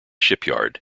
shipyard